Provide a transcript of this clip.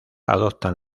adoptan